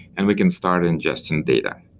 and we can start ingesting data.